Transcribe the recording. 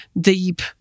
deep